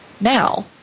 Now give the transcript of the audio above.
Now